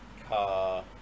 car